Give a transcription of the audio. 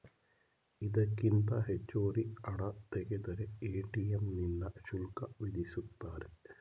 ಇದಕ್ಕಿಂತ ಹೆಚ್ಚುವರಿ ಹಣ ತೆಗೆದರೆ ಎ.ಟಿ.ಎಂ ನಿಂದ ಶುಲ್ಕ ವಿಧಿಸುತ್ತಾರೆ